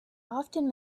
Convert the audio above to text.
often